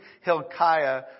Hilkiah